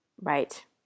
Right